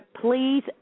please